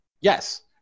Yes